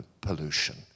pollution